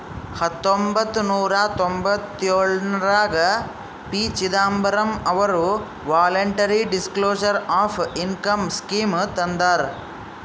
ಹತೊಂಬತ್ತ ನೂರಾ ತೊಂಭತ್ತಯೋಳ್ರಾಗ ಪಿ.ಚಿದಂಬರಂ ಅವರು voluntary disclosure of income scheme ತಂದಾರ